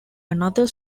another